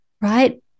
Right